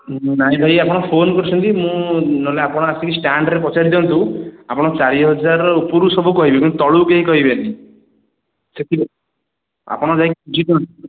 ନାହିଁ ଭାଇ ଆପଣ ଫୋନ୍ କରିଛନ୍ତି ମୁଁ ନ'ହେଲେ ଆପଣ ଆସିକି ଷ୍ଟାଣ୍ଡରେ ପଚାରିଦିଅନ୍ତୁ ଆପଣଙ୍କର ଚାରି ହଜାରର ଉପରୁ ସବୁ କହିବେ କିନ୍ତୁ ତଳକୁ କେହି କହିବେନି ଆପଣ ଯାଇକି ବୁଝିଦିଅନ୍ତୁ